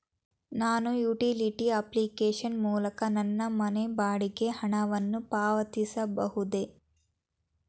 ನಾನು utility application ಮೂಲಕ ನನ್ನ ಮನೆ ಬಾಡಿಗೆ ಹಣವನ್ನು ಪಾವತಿಸಬಹುದೇ?